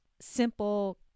simple